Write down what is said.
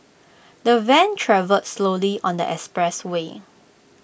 the van travelled slowly on the expressway